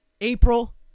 April